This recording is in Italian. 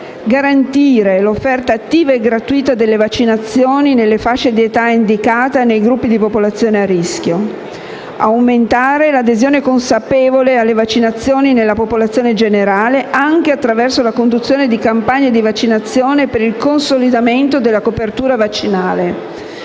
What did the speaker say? garantire l'offerta attiva e gratuita delle vaccinazioni nelle fasce d'età indicate e nei gruppi di popolazione a rischio; aumentare l'adesione consapevole alle vaccinazioni nella popolazione generale, anche attraverso la conduzione di campagne di vaccinazione per il consolidamento della copertura vaccinale;